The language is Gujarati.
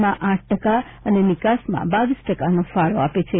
માં આઠ ટકા અને નિકાસમાં બાવીસ ટકા ફાળો આપે છે